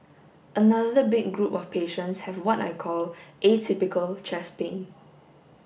another big group of patients have what I call atypical chest pain